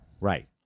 Right